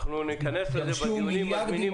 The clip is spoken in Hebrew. אנחנו ניכנס לזה בדיונים.